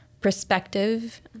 perspective